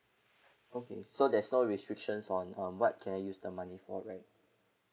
okay so there's no restrictions on on what can I use the money for right